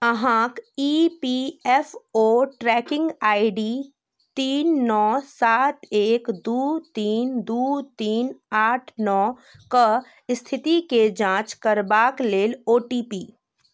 अहाँक E P F O tracking I D तीन नओ सात एक दू तीन दू तीन आठ नओके स्थितिके जाँच करबाक लेल ओ टी पी